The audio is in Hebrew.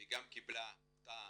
היא גם קיבלה כפי